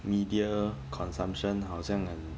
media consumption 好像很